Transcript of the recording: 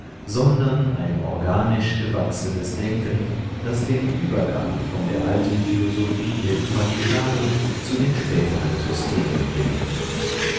sondern ein organisch gewachsenes denken das den übergang von der alten philosophie der upanishaden zu den späteren systemen bildete